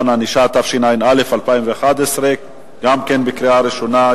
הענישה), התשע"א 2011, גם כן קריאה ראשונה.